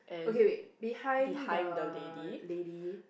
okay wait behind the lady